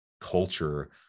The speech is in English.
culture